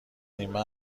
نیمه